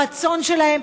הרצון שלהם,